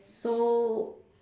so